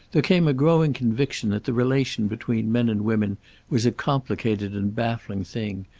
there came a growing conviction that the relation between men and women was a complicated and baffling thing,